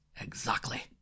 Exactly